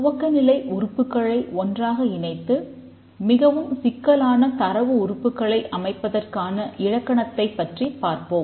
துவக்கநிலை உறுப்புக்களை ஒன்றாக இணைத்து மிகவும் சிக்கலான தரவு உறுப்புக்களை அமைப்பதற்கான இலக்கணத்தைப் பற்றி பார்ப்போம்